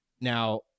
Now